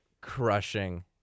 crushing